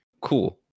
cool